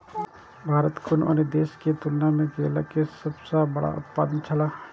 भारत कुनू अन्य देश के तुलना में केला के सब सॉ बड़ा उत्पादक छला